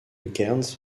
cairns